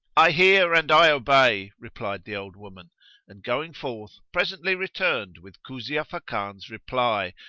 i hear and i obey, replied the old woman and going forth, presently returned with kuzia fakan's reply,